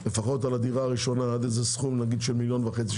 לפחות על הדירה הראשונה עד איזה סכום של נגיד מיליון וחצי